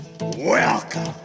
Welcome